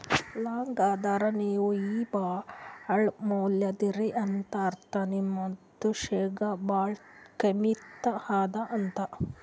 long ಅಂದುರ್ ನೀವು ಈಗ ಭಾಳ ಮ್ಯಾಲ ಇದೀರಿ ಅಂತ ಅರ್ಥ ನಿಮ್ದು ಶೇರ್ಗ ಭಾಳ ಕಿಮ್ಮತ್ ಅದಾ ಅಂತ್